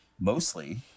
mostly